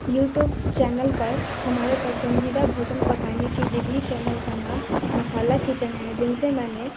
YouTube channel पर हमारे पसंदीदा भोजन पकाने की विधी चैनल का नाम मसाला किचन है जिन से मैंने